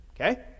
okay